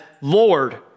Lord